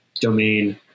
domain